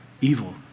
evil